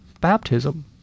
baptism